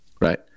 Right